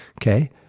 Okay